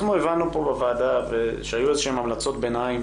אנחנו הבנו פה בוועדה שהיו איזשהן המלצות ביניים